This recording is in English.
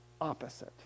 opposite